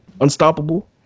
unstoppable